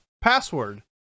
Password